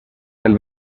del